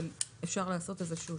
בחקיקה אנחנו כן משתדלים להיות ברורים,